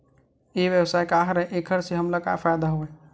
ई व्यवसाय का हरय एखर से हमला का फ़ायदा हवय?